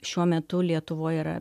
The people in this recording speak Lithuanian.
šiuo metu lietuvoj yra